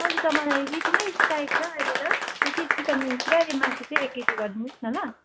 अरू त मलाई त्यति नै चाहिएको छ अहिले त त्यति चिकन विङ्ग्स र यो मासु चाहिँ एक केजी गरिदिनुहोस् न ल